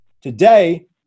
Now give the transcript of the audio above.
Today